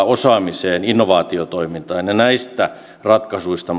osaamiseen innovaatiotoimintaan näistä ratkaisuista